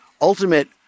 ultimate